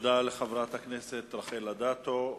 תודה לחברת הכנסת רחל אדטו.